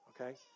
okay